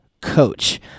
coach